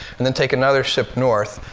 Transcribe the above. and then take another ship north.